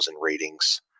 ratings